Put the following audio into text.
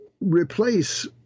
replace